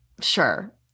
sure